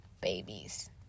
babies